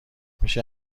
میشه